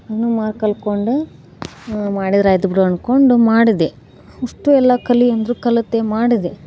ಇನ್ನು ಮಾರ್ಕ್ ಕಲ್ತ್ಕೊಂಡೆ ಮಾಡಿದರಾಯ್ತು ಬಿಡು ಅಂದ್ಕೊಂಡು ಮಾಡಿದೆ ಅಷ್ಟು ಎಲ್ಲ ಕಲಿ ಅಂದರು ಕಲಿತೆ ಮಾಡಿದೆ